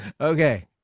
Okay